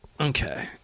okay